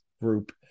group